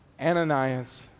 Ananias